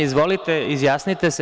Izvolite, izjasnite se.